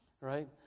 right